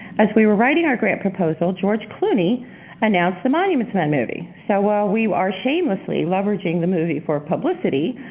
as we were writing our grant proposal, george clooney announced the monuments men movie. so while we are shamelessly leveraging the movie for publicity,